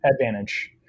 advantage